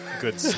good